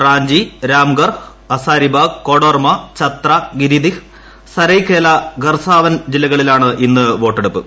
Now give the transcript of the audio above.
റാഞ്ചി രാംഗർഹ് ഹസാരിബാഗ് കോടർമ ഛത്ര ഗിരിദിഹ് സരയ്കേല ഖർസാവൻ ജില്ലകളിലാണ് ഇന്ന് വോട്ടെടുപ്പ്